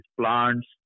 plants